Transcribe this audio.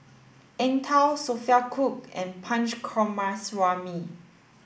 Eng Tow Sophia Cooke and Punch Coomaraswamy